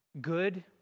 good